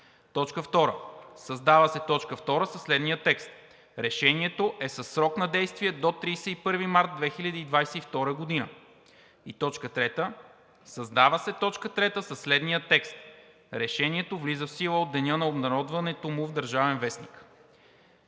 г.“ 2. Създава се т. 2 със следния текст: „Решението е със срок на действие до 31 март 2022 г.“ 3. Създава се т. 3 със следния текст: „Решението влиза в сила от деня на обнародването му в „Държавен вестник“.“